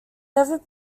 never